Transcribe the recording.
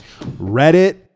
Reddit